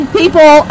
people